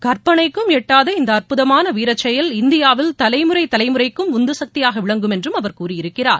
கற்பனைக்கும் எட்டாத இந்த அற்புதமான வீரச்செயல் இந்தியாவில் தலைமுறை தலைமுறைக்கும் உந்துசக்தியாக விளங்கும் என்றும் அவர் கூறியிருக்கிறார்